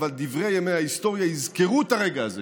אבל דברי ימי ההיסטוריה יזכרו את הרגע הזה